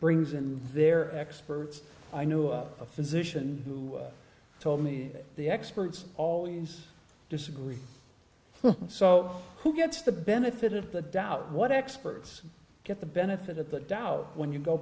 brings in their experts i knew of a physician who told me the experts always disagree so who gets the benefit of the doubt what experts get the benefit of the doubt when you go